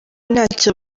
ntacyo